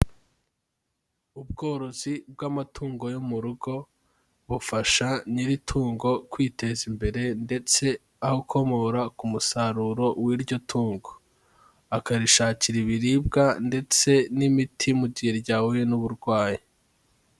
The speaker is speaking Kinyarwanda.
Ubworozi bw'amatungo yo mu rugo bufasha nyiri tungo kwiteza imbere ndetse awukomora ku musaruro w'iryo tungo, akarishakira ibiribwa ndetse n'imiti mu gihe ryahuye n'uburwayi.